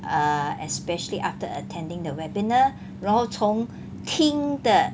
err especially after attending the webinar 然后从听的